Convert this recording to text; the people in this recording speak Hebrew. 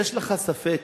יש לך ספק